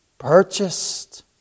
purchased